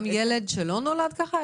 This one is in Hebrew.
גם ילד שלא נולד ככה,